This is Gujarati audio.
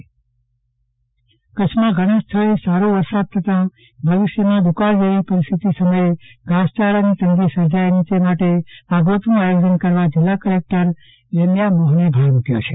ચંદ્રવદન પદ્ટણી ઘાસચારા કચ્છમાં ઘણા વિસ્તારોમાં સારો વરસાદ થતાં ભવિષ્યમાં દુકાળ જેવી પરિસ્થિતિ સમયે ઘાસયારાની તંગી સર્જાય નહી તે માટે આગોતરું આયોજન કરવા જીલ્લા કલેકટર રેમ્યા મોહને ભાર મુક્વો છે